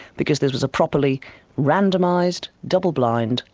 because this was a properly randomised double blind,